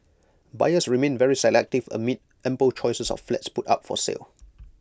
buyers remain very selective amid ample choices of flats put up for sale